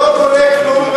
לא קורה כלום,